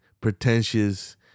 pretentious